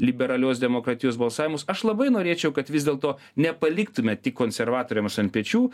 liberalios demokratijos balsavimus aš labai norėčiau kad vis dėlto nepaliktume tik konservatoriams ant pečių